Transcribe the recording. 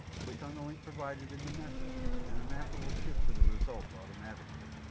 click on the link provided in the message and the mapper will shift to the results automatically.